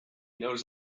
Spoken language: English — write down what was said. knows